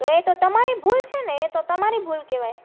તો એતો તમારી ભૂલ છેને તો એતો તમારી ભુલ કહેવાય